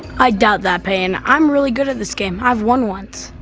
i doubt that payton, i'm really good at this game. i've won once.